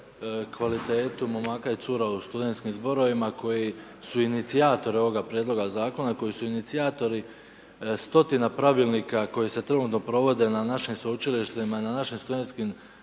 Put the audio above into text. kvalitetu momaka i cura u studentskim zborovima koji su inicijatori ovoga prijedloga zakona, koji su inicijatori stotina pravilnika koji se trenutno provode na našim sveučilištima, na našim studentskim